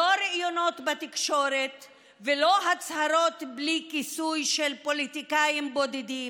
לא ראיונות בתקשורת ולא הצהרות בלי כיסוי של פוליטיקאים בודדים,